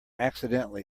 accidentally